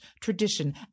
tradition